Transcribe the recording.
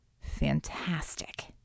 Fantastic